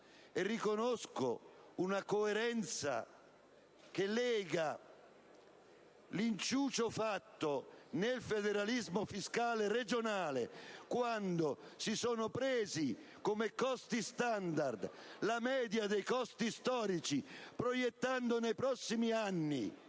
riconoscendo una coerenza che lega l'inciucio fatto nel federalismo fiscale regionale quando, come costi standard, è stata presa la media dei costi storici, proiettando nei prossimi anni